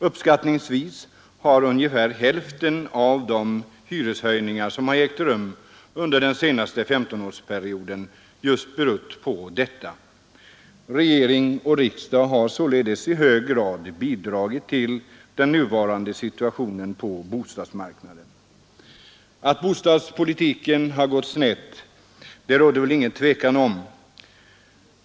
Uppskattningsvis har ungefär hälften av de hyreshöjningar som ägt rum under den senaste 15-årsperioden haft just denna orsak. Regering och riksdag har således i hög grad bidragit till den nuvarande situationen på bostadsmarknaden. Att bostadspolitiken gått snett råder det väl inget tvivel om.